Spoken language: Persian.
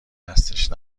هستش